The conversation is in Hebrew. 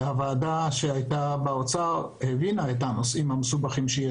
הוועדה שהייתה באוצר הבינה את הנושאים המסובכים.